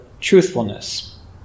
truthfulness